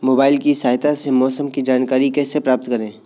Mobile की सहायता से मौसम की जानकारी कैसे प्राप्त करें?